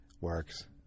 works